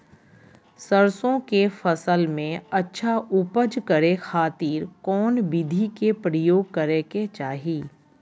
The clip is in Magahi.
सरसों के फसल में अच्छा उपज करे खातिर कौन विधि के प्रयोग करे के चाही?